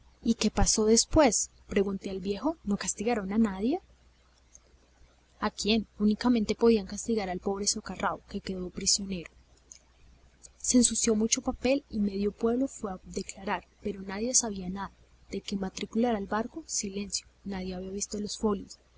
y qué pasó después pregunté al viejo no castigaron a nadie a quién únicamente podían castigar al pobre socarrao que quedó prisionero se ensució mucho papel y medio pueblo fue a declarar pero nadie sabía nada de qué matrícula era el barco silencio nadie le había visto los folios